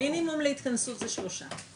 מינימום להתכנסות זה שלושה.